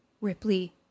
Ripley